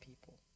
people